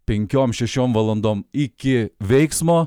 penkiom šešiom valandom iki veiksmo